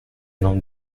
non